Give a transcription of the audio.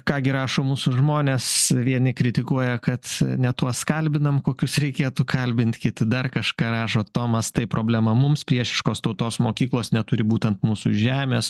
ką gi rašo mūsų žmonės vieni kritikuoja kad ne tuos kalbinam kokius reikėtų kalbint kiti dar kažką rašo tomas tai problema mums priešiškos tautos mokyklos neturi būt ant mūsų žemės